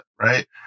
right